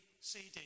CD